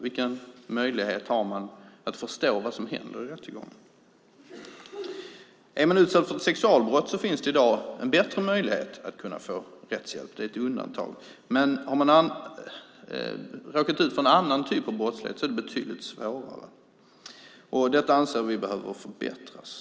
Vilken möjlighet har man att förstå vad som händer vid rättegången? För den som utsatts för sexualbrott finns det i dag en bättre möjlighet att få rättshjälp. Det är ett undantag. Men har man råkat ut för någon annan typ av brottslighet är det betydligt svårare. Detta anser vi behöver förbättras.